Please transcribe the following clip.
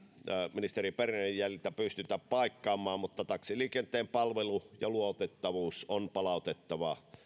ministeri bernerin jäljiltä pystytä paikkaamaan mutta taksiliikenteen palvelu ja luotettavuus on palautettava